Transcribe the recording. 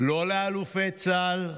לא לאלופי צה"ל.